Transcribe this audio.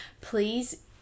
please